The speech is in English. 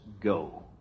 go